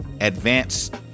advanced